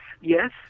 yes